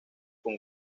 con